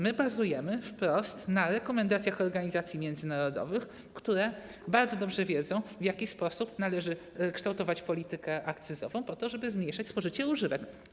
My bazujemy wprost na rekomendacjach organizacji międzynarodowych, które bardzo dobrze wiedzą, w jaki sposób należy kształtować politykę akcyzową, żeby zmniejszać spożycie używek.